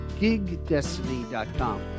GigDestiny.com